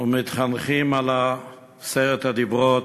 ומתחנכים על עשרת הדיברות,